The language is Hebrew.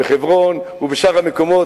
בחברון ובשאר המקומות.